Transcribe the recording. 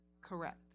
correct